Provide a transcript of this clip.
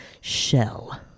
shell